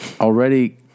already